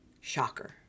Shocker